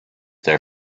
their